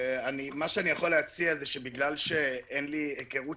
מה שאני יכול להציע זה שבגלל שאין לי היכרות